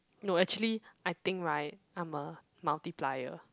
no actually I think right I'm a multiplier